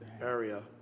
area